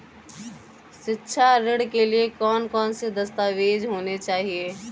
शिक्षा ऋण के लिए कौन कौन से दस्तावेज होने चाहिए?